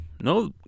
No